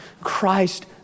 Christ